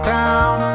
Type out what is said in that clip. town